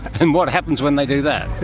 and what happens when they do that?